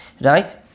Right